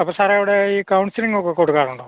അപ്പം സാറേ അവിടെ ഈ കൗൺസിലിങ്ങൊക്കെ കൊടുക്കാറുണ്ടോ